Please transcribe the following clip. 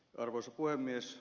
arvoisa puhemies